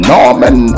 Norman